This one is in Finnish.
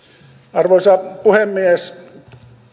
arvoisa puhemies